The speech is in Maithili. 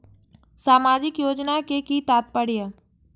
सामाजिक योजना के कि तात्पर्य?